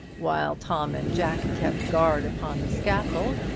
while tom and jack kept guard upon the scaffold,